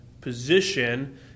position